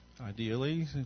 ideally